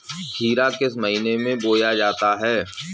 खीरा किस महीने में बोया जाता है?